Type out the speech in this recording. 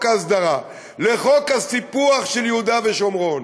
ההסדרה לחוק הסיפוח של יהודה ושומרון.